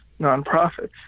nonprofits